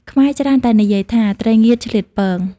ខ្មែរច្រើនតែនិយាយថា "ត្រីងៀតឆ្លៀតពង"។